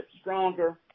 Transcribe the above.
stronger